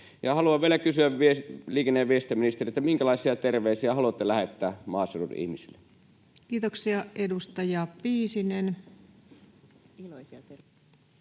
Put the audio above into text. haluan vielä kysyä liikenne- ja viestintäministeriltä, minkälaisia terveisiä haluatte lähettää maaseudun ihmisille. Kiitoksia. — Edustaja Piisinen. Arvoisa puhemies!